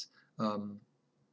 um